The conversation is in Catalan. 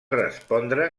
respondre